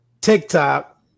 TikTok